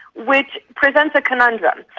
which presents a conundrum.